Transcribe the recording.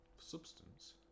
Substance